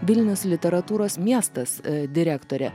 vilnius literatūros miestas direktorė